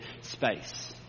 space